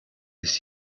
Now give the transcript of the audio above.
ist